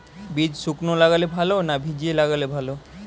বীজ শুকনো লাগালে ভালো না ভিজিয়ে লাগালে ভালো?